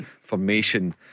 formation